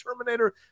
Terminator